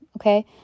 okay